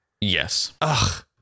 Yes